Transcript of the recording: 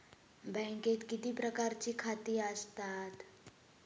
बँकेत किती प्रकारची खाती आसतात?